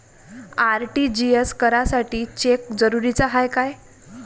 RTGS करासाठी cheque जरुरीचा हाय काय?